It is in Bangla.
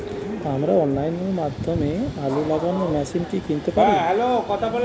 আমরা অনলাইনের মাধ্যমে আলু লাগানো মেশিন কি কিনতে পারি?